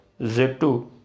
Z2